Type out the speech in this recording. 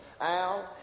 Al